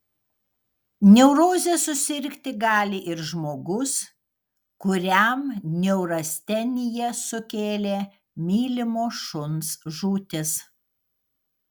neuroze susirgti gali ir žmogus kuriam neurasteniją sukėlė mylimo šuns žūtis